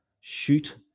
shoot